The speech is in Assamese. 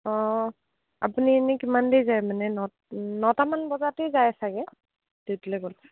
অঁ আপুনি এনেই কিমান দেৰিত যায় মানে ন নটামান বজাতে যায় চাগে ডিউটিলৈ গ'লে